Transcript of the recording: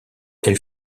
elle